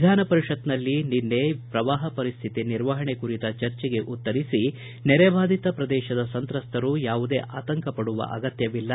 ವಿಧಾನ ಪರಪತ್ತಿನಲ್ಲಿ ನಿನ್ನೆ ಪ್ರವಾಹ ಪರಿಸ್ಥಿತಿ ನಿರ್ವಹಣೆ ಕುರಿತ ಚರ್ಚೆಗೆ ಉತ್ತರಿಸಿ ನೆರೆಬಾಧಿತ ಪ್ರದೇಶದ ಸಂತ್ರಸ್ತರು ಯಾವುದೇ ಆತಂಕ ಪಡುವ ಅಗತ್ಯವಿಲ್ಲ